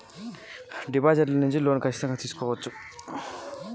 Deposit ల నుండి loan తీసుకునే అవకాశం ఉంటదా?